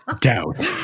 doubt